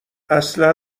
اصلا